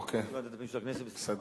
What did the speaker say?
אוקיי, בסדר.